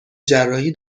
جراحی